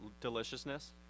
deliciousness